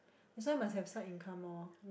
that's why must have side income orh